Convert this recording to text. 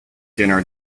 dinner